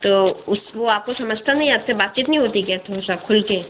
तो उसको वो आपको समझता नहीं आप से बात चित नहीं होती क्या साथ में खुल कर